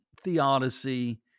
theodicy